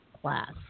class